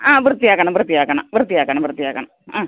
ആ വൃത്തിയാക്കണം വൃത്തിയാക്കണം വൃത്തിയാക്കണം വൃത്തിയാക്കണം ആ